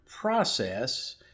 process